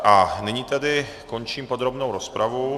A nyní tedy končím podrobnou rozpravu.